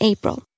April